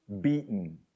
beaten